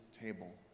table